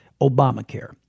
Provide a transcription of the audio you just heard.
Obamacare